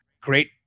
great